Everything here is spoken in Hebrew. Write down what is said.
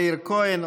מאיר כהן,